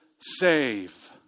save